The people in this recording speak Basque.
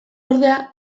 ordea